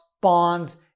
bonds